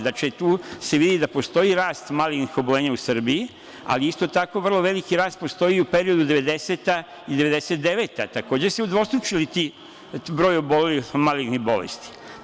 Znači, tu se vidi da postoji rast malignih oboljenja u Srbiji, ali isto tako i vrlo veliki rast postoji u periodu 1990.-1999. godine takođe se udvostručio broj obolelih od malignih bolesti.